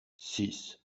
six